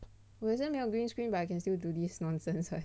我也是没有 green screen but I can still do this nonsense [what]